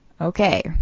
Okay